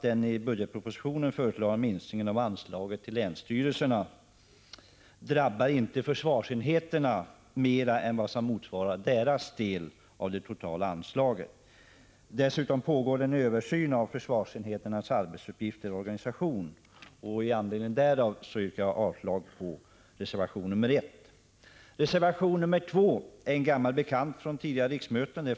Den i budgetpropositionen föreslagna minskningen av anslaget till länsstyrelserna, herr talman, drabbar inte försvarsenheterna mer än vad som motsvarar deras andel av det totala anslaget. Dessutom pågår en översyn av försvarsenheternas arbetsuppgifter och organisation, och i anledning därav yrkar jag avslag på reservation nr 1. Reservation nr 2 är en gammal bekant från tidigare riksmöten.